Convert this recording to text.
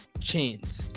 chains